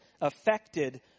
affected